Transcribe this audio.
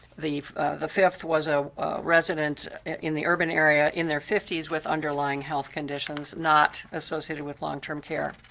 the the fifth was a resident in the urban area in their fifty s with underlying health conditions, not associated with long-term care.